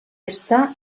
està